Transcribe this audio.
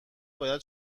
باید